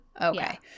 Okay